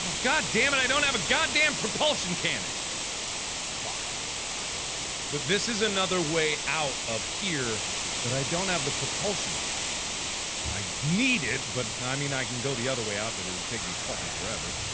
god dammit i don't have a goddamn propulsion cannon fucking fuck but this is another way out of here but i don't have the propulsion cannon i need it but i mean i can go the other way out but it would take me fucking forever